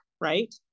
right